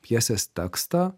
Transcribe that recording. pjesės tekstą